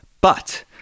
but-